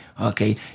okay